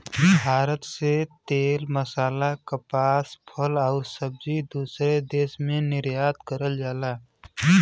भारत से तेल मसाला कपास फल आउर सब्जी दूसरे देश के निर्यात करल जाला